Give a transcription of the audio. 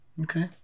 Okay